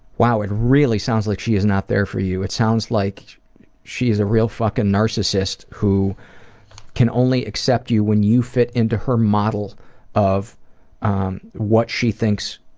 wow, it really sounds like she is not there for you. it sounds like she is a real fucking narcissist who can only accept you when you fit into her model of what she thinks